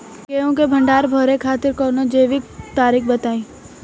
गेहूँ क भंडारण करे खातिर कवनो जैविक तरीका बताईं?